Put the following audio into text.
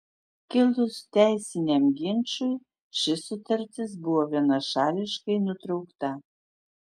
kilus teisiniam ginčui ši sutartis buvo vienašališkai nutraukta